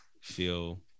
feel